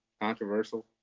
controversial